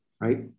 right